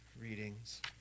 readings